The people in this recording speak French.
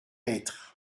être